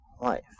life